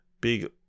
big